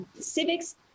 civics